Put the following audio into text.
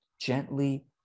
gently